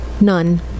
none